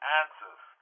answers